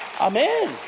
Amen